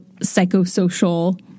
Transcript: psychosocial—